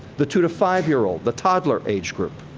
the two to five-year old, the toddler age group.